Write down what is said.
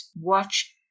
watch